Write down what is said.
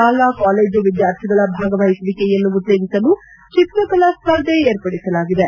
ಶಾಲಾ ಕಾಲೇಜು ವಿದ್ಯಾರ್ಥಿಗಳ ಭಾಗವಹಿಸುವಿಕೆಯನ್ನು ಉತ್ತೇಜಿಸಲು ಚಿತ್ರಕಲಾ ಸ್ತರ್ಧ ಏರ್ಪಡಿಸಲಾಗಿದೆ